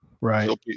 right